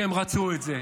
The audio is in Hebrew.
שהם רצו את זה.